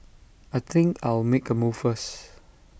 I think I'll make A move first